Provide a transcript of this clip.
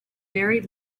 very